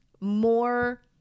more